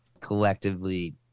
collectively